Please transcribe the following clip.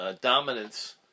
Dominance